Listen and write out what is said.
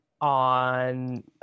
on